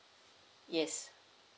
yes